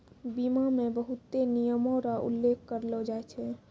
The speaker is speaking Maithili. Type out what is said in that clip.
बीमा मे बहुते नियमो र उल्लेख करलो जाय छै